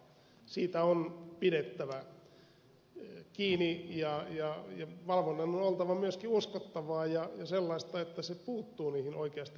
valvonnasta on pidettävä kiinni ja sen on oltava myöskin uskottavaa ja sellaista että se puuttuu oikeasti niihin epäkohtiin